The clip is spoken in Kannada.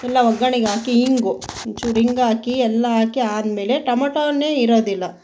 ಎಲ್ಲ ಒಗ್ಗರಣೆಗೆ ಹಾಕಿ ಇಂಗು ಒಂದು ಚೂರು ಇಂಗು ಹಾಕಿ ಎಲ್ಲ ಹಾಕಿ ಆದ ಮೇಲೆ ಟೊಮಟೋನೆ ಇರೋದಿಲ್ಲ